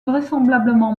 vraisemblablement